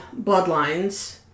bloodlines